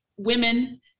women